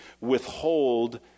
withhold